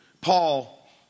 Paul